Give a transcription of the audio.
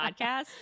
podcast